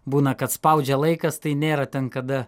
būna kad spaudžia laikas tai nėra ten kada